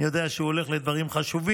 אני יודע שהוא הולך לדברים חשובים,